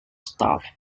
stuff